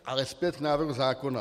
Ale zpět k návrhu zákona.